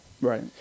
Right